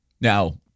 Now